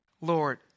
Lord